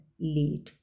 lead